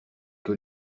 que